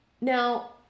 now